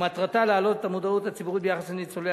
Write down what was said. ומטרתה להעלות את המודעות הציבורית ביחס לניצולי